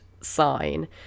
sign